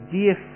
dear